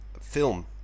film